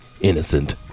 innocent